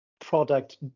product